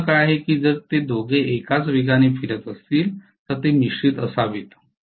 प्रश्न काय आहे की जर ते दोघे एकाच वेगाने फिरत असतील तर ते मिश्रीत असावेत